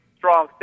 strong